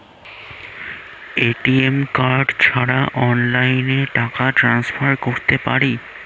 ATM card ছাড়া অনলাইনে টাকা টান্সফার করতে পারি?